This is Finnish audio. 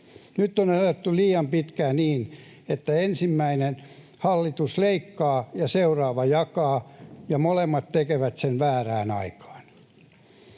Nyt on eletty liian pitkään niin, että ensimmäinen hallitus leikkaa ja seuraava jakaa ja molemmat tekevät sen väärään aikaan.